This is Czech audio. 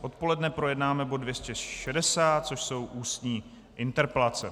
Odpoledne projednáme bod 260, což jsou Ústní interpelace.